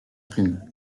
plume